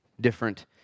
different